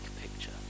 picture